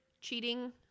cheating